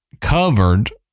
covered